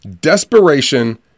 Desperation